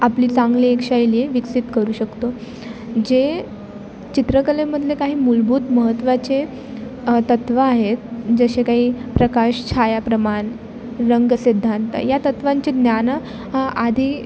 आपली चांगली एक शैली विकसित करू शकतो जे चित्रकलेमधले काही मूलभूत महत्त्वाचे तत्व आहेत जसे काही प्रकाश छाया प्रमाण रंग सिद्धांत या तत्वांचे ज्ञान आधी